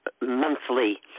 monthly